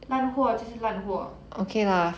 烂货就是烂货